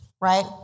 right